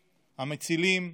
המצילים,